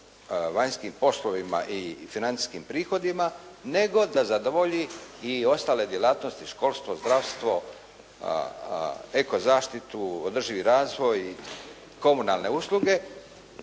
vanjskim poslovima i financijskim prihodima nego da zadovolji i ostale djelatnosti, školstvo, zdravstvo, ekozaštitu, održivi razvoj, komunalne usluge,